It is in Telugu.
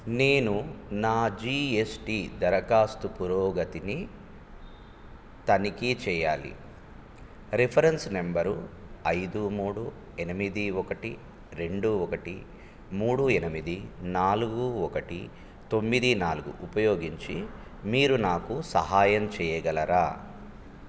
నేను నా జీఎస్టీ దరఖాస్తు పురోగతిని తనిఖీ చేయాలి రిఫరెన్స్ నెంబరు ఐదు మూడు ఎనిమిది ఒకటి రెండు ఒకటి మూడు ఎనిమిది నాలుగు ఒకటి తొమ్మిది నాలుగు ఉపయోగించి మీరు నాకు సహాయం చేయగలరా